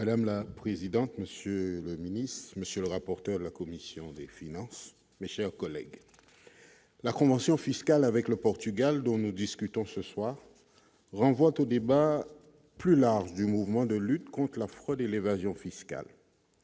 Madame la présidente, monsieur le ministre, monsieur le rapporteur de la commission des finances mais, chers collègues, la convention fiscale avec le Portugal, dont nous discutons ce soir renvoie tout débat plus large du mouvement de lutte contre la fraude et l'évasion fiscale,